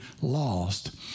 lost